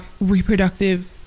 reproductive